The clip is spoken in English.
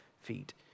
feet